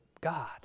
God